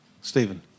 Stephen